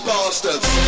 Bastards